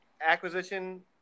acquisition